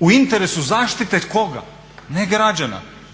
u interesu zaštite, koga? Ne građana